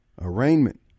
arraignment